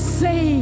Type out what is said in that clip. say